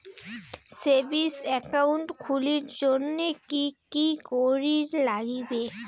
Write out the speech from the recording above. Savings account খুলির জন্যে কি কি করির নাগিবে?